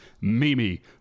Mimi